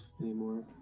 anymore